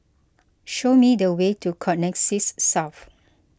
show me the way to Connexis South